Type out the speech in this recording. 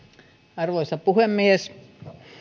arvoisa puhemies